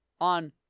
on